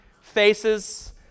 faces